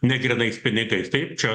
negrynais pinigais taip čia